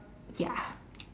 ya